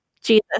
Jesus